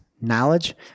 knowledge